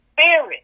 spirit